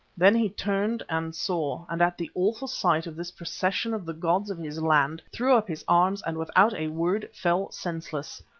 then he turned and saw, and at the awful sight of this procession of the gods of his land, threw up his arms, and without a word fell senseless.